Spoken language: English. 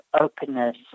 openness